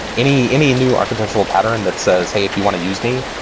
any any new architectural pattern that says, hey, if you want to use me,